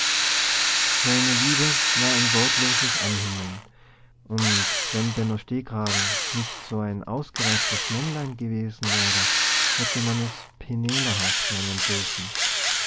seine liebe war ein wortloses anhimmeln und wenn benno stehkragen nicht ein so ausgereiftes männlein gewesen wäre hätte man es pennälerhaft nennen dürfen